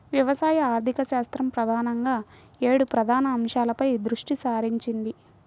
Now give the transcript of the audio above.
వ్యవసాయ ఆర్థికశాస్త్రం ప్రధానంగా ఏడు ప్రధాన అంశాలపై దృష్టి సారించింది